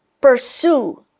pursue